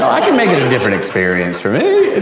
i can make it a different experience for me.